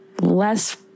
less